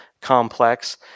complex